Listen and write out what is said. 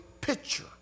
picture